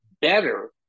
better